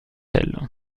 elle